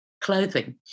clothing